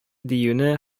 диюне